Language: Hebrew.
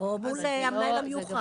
או מול המנהל המיוחד.